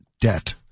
debt